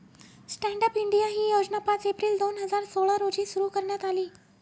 stand up India ही योजना पाच एप्रिल दोन हजार सोळा रोजी सुरु करण्यात आली